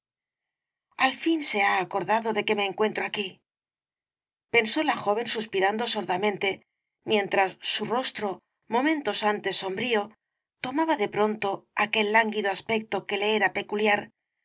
a'l fin se ha acordado de que me encuentro aquí pensó la joven suspirando sordamente mientras su rostro momentos antes sombrío tomaba de pronto aquel lánguido aspecto que le era peculiar